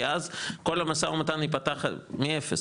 כי אז כל המשא ומתן יפתח מאפס,